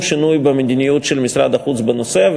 שינוי במדיניות של משרד החוץ בנושא הזה.